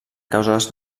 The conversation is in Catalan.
causes